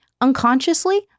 unconsciously